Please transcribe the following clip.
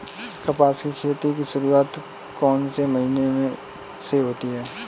कपास की खेती की शुरुआत कौन से महीने से होती है?